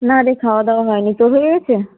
না রে খাওয়া দাওয়া হয়নি তোর হয়ে গেছে